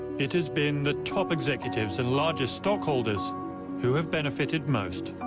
it has been the top executives and largest stock holders who have benefitted most.